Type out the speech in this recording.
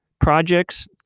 projects